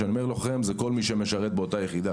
כשאני אומר לוחם, זה כל מי שמרשת באותה יחידה.